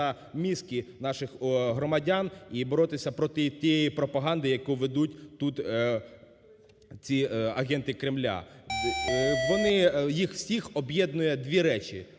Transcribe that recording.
мізки наших громадян і боротися проти тієї пропаганди, яку ведуть тут ці агенти кремля. Вони, їх всіх об'єднує дві речі: